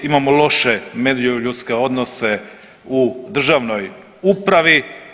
Imamo loše međuljudske odnose u državnoj upravi.